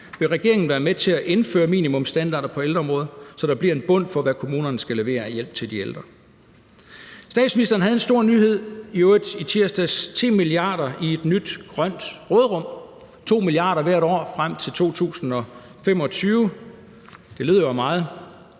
Vil regeringen være med til at indføre minimumsstandarder på ældreområdet, så der bliver en bund for, hvad kommunerne skal levere af hjælp til de ældre? Statsministeren havde i øvrigt en stor nyhed i tirsdags: 10 mia. kr. i et nyt grønt råderum; 2 mia. kr. hvert år frem til 2025. Det lyder jo af meget,